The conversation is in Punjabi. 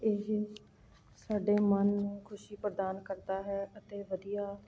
ਇਹ ਸਾਡੇ ਮਨ ਨੂੰ ਖੁਸ਼ੀ ਪ੍ਰਦਾਨ ਕਰਦਾ ਹੈ ਅਤੇ ਵਧੀਆ